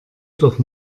doch